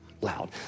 loud